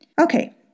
Okay